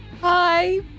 Hi